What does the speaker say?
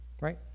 Right